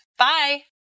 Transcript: Bye